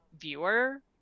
viewer